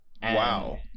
wow